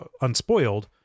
unspoiled